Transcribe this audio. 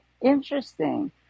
interesting